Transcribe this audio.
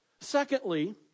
Secondly